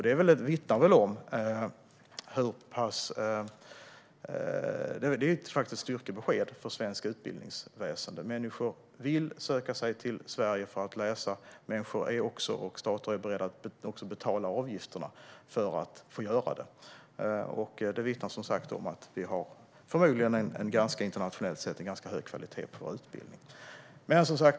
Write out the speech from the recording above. Detta är ett styrkebesked för svenskt utbildningsväsen. Människor vill söka sig till Sverige för att läsa, och både människor och stater är beredda att betala avgifterna för att de ska få göra det. Det vittnar om att vi internationellt sett förmodligen har en ganska hög kvalitet på vår utbildning.